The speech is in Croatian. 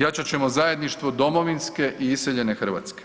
Jačat ćemo zajedništvo domovinske i iseljene Hrvatske,